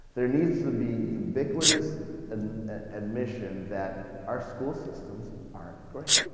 there needs to be ubiquitous and admission that our school systems aren't great.